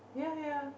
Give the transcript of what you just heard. ya ya